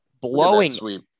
Blowing